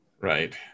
Right